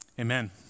Amen